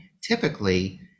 Typically